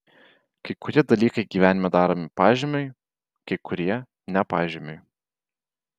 kai kurie dalykai gyvenime daromi pažymiui kai kurie ne pažymiui